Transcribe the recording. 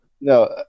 no